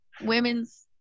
women's